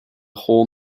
hull